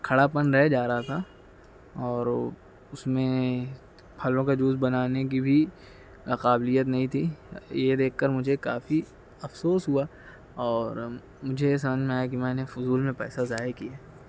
کھڑا پن رہ جا رہا تھا اور اس میں پھلوں کا جوس بنانے کی بھی قابلیت نہیں تھی یہ دیکھ کر مجھے کافی افسوس ہوا اور مجھے یہ سمجھ میں آیا کہ میں نے فضول میں پیسہ ضائع کیے